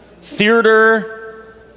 theater